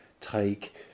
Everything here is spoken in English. take